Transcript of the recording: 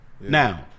Now